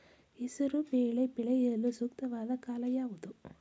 ಹೆಸರು ಬೇಳೆ ಬೆಳೆಯಲು ಸೂಕ್ತವಾದ ಕಾಲ ಯಾವುದು?